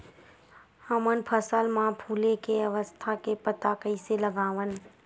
हमन फसल मा फुले के अवस्था के पता कइसे लगावन?